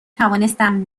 توانستم